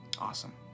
Awesome